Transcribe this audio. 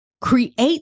create